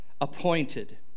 Appointed